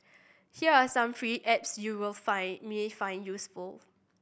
here are some free apps you will find may find useful